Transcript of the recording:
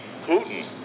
Putin